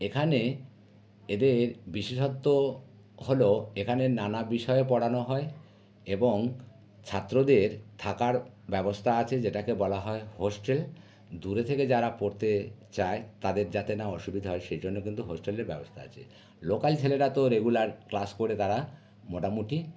এখানে এদের বিশেষত্ব হলো এখানে নানা বিষয় পড়ানো হয় এবং ছাত্রদের থাকার ব্যবস্তা আছে যেটাকে বলা হয় হোস্টেল দূরে থেকে যারা পড়তে চায় তাদের যাতে না অসুবিধা হয় সেই জন্য কিন্তু হোস্টেলের ব্যবস্থা আছে লোকাল ছেলেরা তো রেগুলার ক্লাস করে তারা মোটামুটি